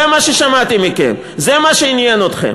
זה מה ששמעתי מכם, זה מה שעניין אתכם.